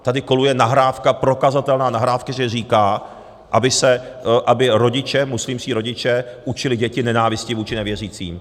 Tady koluje nahrávka, prokazatelná nahrávka, že říká, aby rodiče, muslimští rodiče, učili děti nenávisti vůči nevěřícím.